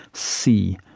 see.